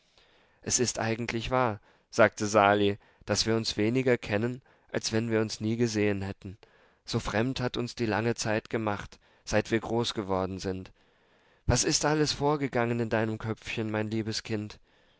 es ist eigentlich wahr sagte sali daß wir uns weniger kennen als wenn wir uns nie gesehen hätten so fremd hat uns die lange zeit gemacht seit wir groß geworden sind was ist alles vorgegangen in deinem köpfchen mein liebes kind